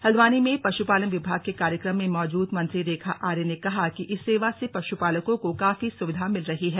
हल्द्वानी में पशुपालन विभाग के कार्यक्रम में मौजूद मंत्री रेखा आर्य ने कहा कि इस सेवा से पशुपालकों को काफी सुविधा मिल रही है